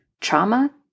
Trauma